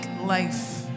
life